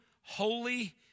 holy